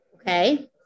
okay